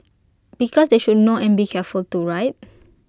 because they should know and be careful too right